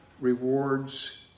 rewards